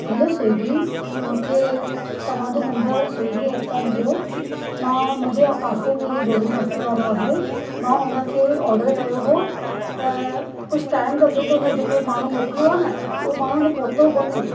hello Swiggy मूंखे तव्हांजो number Swiggy app तव्हां मिलियो मां मुंहिंजे पासे में ई डोली नाश्ते वारो आहे मां उन खे ऑडर कयो हो त कुझु टाइम जेको माण्हूं मोकिलियो आहे न उहो माण्हूं जो पहुतो कोन्हे